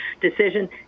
decision